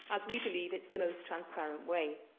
as we believe it's the most transparent way.